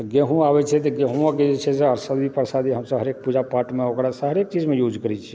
गहूँम आबैत छै तऽ गहूँमोके जे छै से अरसादी प्रसादी हरेक पूजा पाठमे ओकरा हरेक चीजमे यूज करैत छियै